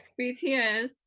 bts